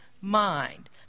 mind